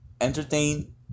entertain